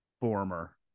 former